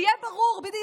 לחזור על זה עוד פעם.